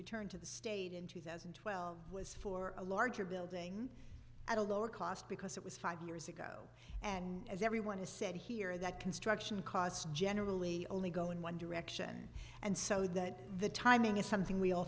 return to the state in two thousand and twelve was for a larger building at a lower cost because it was five years ago and as everyone has said here that construction costs generally only go in one direction and so that the timing is something we all